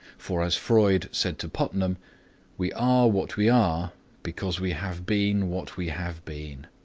for as freud said to putnam we are what we are because we have been what we have been.